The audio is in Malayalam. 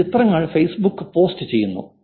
ഞാൻ ചിത്രങ്ങൾ ഫേസ്ബുക്കിൽ പോസ്റ്റ് ചെയ്യുന്നു